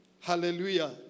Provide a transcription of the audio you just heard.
Hallelujah